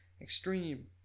extreme